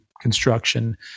construction